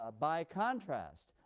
ah by contrast,